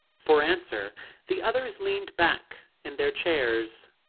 for answer the others leaned back in their chairs.